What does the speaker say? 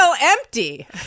empty